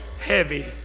heavy